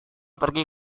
pergi